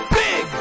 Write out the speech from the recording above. big